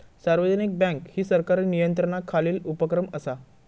सार्वजनिक बँक ही सरकारी नियंत्रणाखालील उपक्रम असा